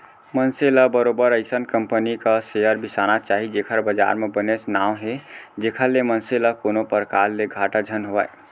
मनसे ल बरोबर अइसन कंपनी क सेयर बिसाना चाही जेखर बजार म बनेच नांव हे जेखर ले मनसे ल कोनो परकार ले घाटा झन होवय